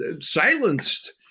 silenced